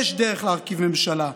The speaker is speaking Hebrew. יש דרך להרכיב ממשלה.